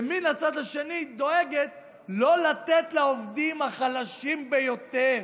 ומן הצד השני דואגת לא לתת לעובדים החלשים ביותר